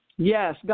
Yes